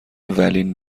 ولین